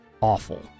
awful